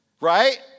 Right